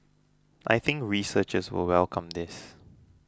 I think researchers will welcome this